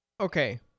Okay